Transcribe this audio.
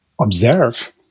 observe